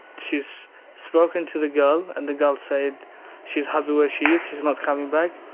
she's spoken to the girl and the girl said she's happy where she is, she's not coming back.